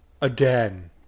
Again